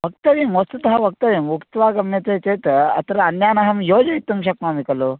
वक्तव्यं वस्तुतः वक्तव्यम् उक्त्वा गम्यते चेत् अत्र अन्यानहं योजयितुं शक्नोमि खलु